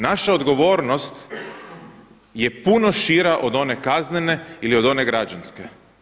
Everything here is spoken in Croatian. Naša odgovornost je puno šira od one kaznene ili one građanske.